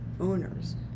owners